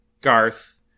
Garth